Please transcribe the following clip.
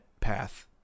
path